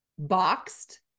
boxed